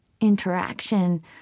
interaction